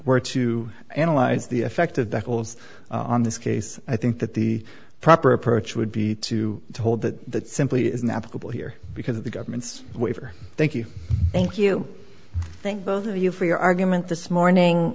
were to analyze the effect of the holes on this case i think that the proper approach would be to be told that that simply isn't applicable here because of the government's waiver thank you thank you thank both of you for your argument this morning